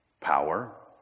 Power